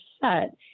set